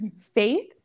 faith